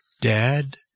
Dad